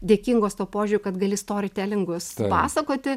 dėkingos tuo požiūriu kad gali stori telingus pasakoti